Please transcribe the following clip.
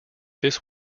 this